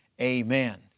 Amen